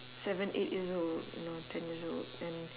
seven eight years old you know ten years old and